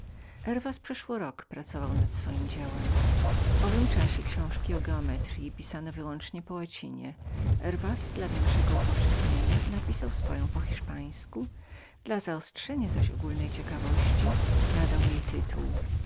herwas przeszło rok pracował nad swojem dziełem powszechnie książki o geometryi pisano po łacinie herwas dla łatwiejszego upowszechnienia napisał swoją po hiszpańsku dla zaostrzenia zaś ogólnej ciekawości nadał jej tytuł